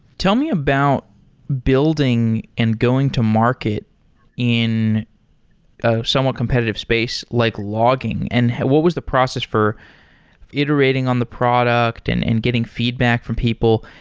tell me about building an and going to market in a somewhat competitive space, like logging, and what was the process for iterating on the product and and getting feedback from people.